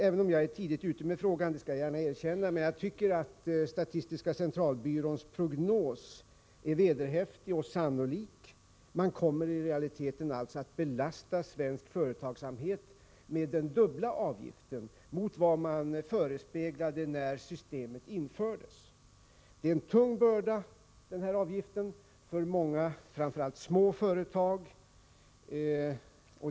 Även om jag är tidigt ute med frågan, det skall jag gärna erkänna, tycker jag att statistiska centralbyråns prognos är vederhäftig och sannolik. Man kommer i realiteten att belasta svensk företagsamhet med den dubbla avgiften mot vad man förespeglade när systemet infördes. Den här avgiften är en tung börda för många, framför allt små, företag.